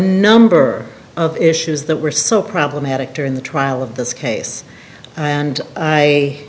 number of issues that were so problematic during the trial of this case and i